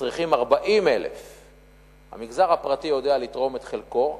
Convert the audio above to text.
כשצריכים 40,000. המגזר הפרטי יודע לתרום את חלקו,